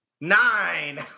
Nine